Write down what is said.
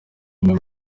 n’uyu